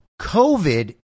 COVID